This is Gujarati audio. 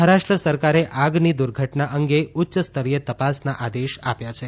મહારાષ્ટ્ર સરકારે આગની દુર્ધટના અંગે ઉચ્ચસ્તરીય તપાસના આદેશ આપ્યા છે